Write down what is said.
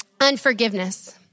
Unforgiveness